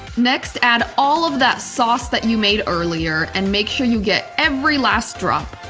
next, add all of that sauce that you made earlier and make sure you get every last drop.